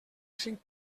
cinc